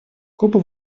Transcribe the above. куба